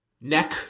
Neck